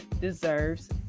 deserves